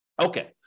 Okay